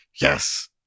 Yes